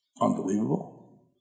unbelievable